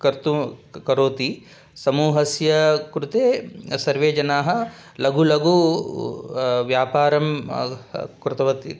कर्तुं करोति समूहस्य कृते सर्वे जनाः लघु लघु व्यापारं कृतवती